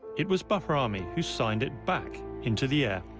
it was bahrami who signed it back into the air.